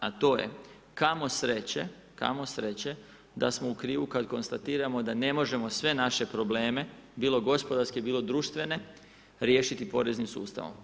A to je, kamo sreće, kamo sreće da smo u krivu kada konstatiramo da ne možemo sve naše probleme, bilo gospodarske, bilo društvene riješiti poreznim sustavom.